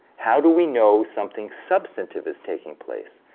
how do we know something substantive is taking place?